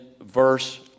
verse